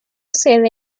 sede